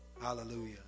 Hallelujah